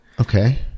Okay